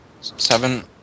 Seven